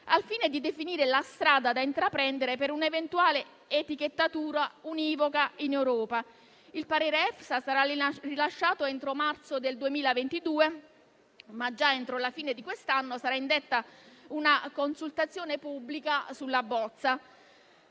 al fine di definire la strada da intraprendere per un'eventuale etichettatura univoca in Europa. Il parere dell'EFSA sarà rilasciato entro marzo del 2022, ma già entro la fine di quest'anno sarà indetta una consultazione pubblica sulla bozza.